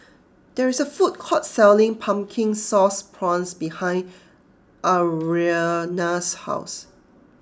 there is a food court selling Pumpkin Sauce Prawns behind Ariana's house